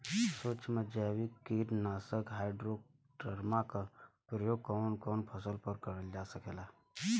सुक्ष्म जैविक कीट नाशक ट्राइकोडर्मा क प्रयोग कवन कवन फसल पर करल जा सकेला?